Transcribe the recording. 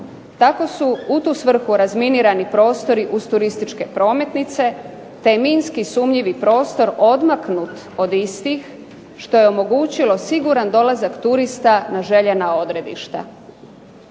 Tako su u tu svrhu razminirani prostori uz turističke prometnice te minski sumnjiv prostor odmaknut od istih što je omogućilo siguran dolazak turista na željena odredišta.